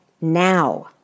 now